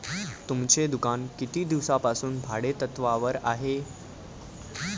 तुमचे दुकान किती दिवसांपासून भाडेतत्त्वावर आहे?